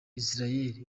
israel